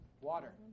Water